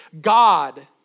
God